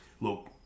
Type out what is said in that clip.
look